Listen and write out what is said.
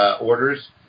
orders